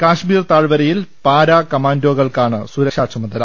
കശ്മീർ താഴ്വരയിൽ പാരാ കമാന്റോകൾക്കാണ് സുരക്ഷാ ചുമതല